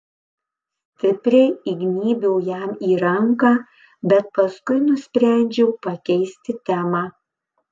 stipriai įgnybiau jam į ranką bet paskui nusprendžiau pakeisti temą